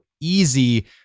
easy